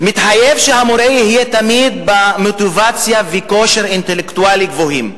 מתחייב שהמורה יהיה תמיד בעל מוטיבציה וכושר אינטלקטואלי גבוהים.